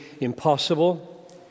impossible